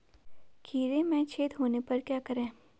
खीरे में छेद होने पर क्या करें?